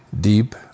deep